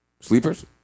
sleepers